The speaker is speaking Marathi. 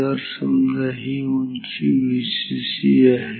तर समजा ही उंची Vcc आहे